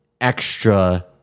extra